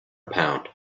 pound